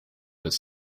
his